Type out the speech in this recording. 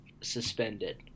suspended